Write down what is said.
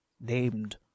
named